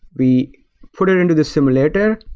we put it into this simulator,